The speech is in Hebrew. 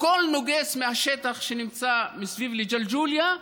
הכול נוגס מהשטח שנמצא מסביב לג'לג'וליה,